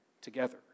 together